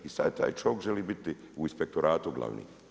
I sad taj čovjek želi biti u inspektoratu glavni.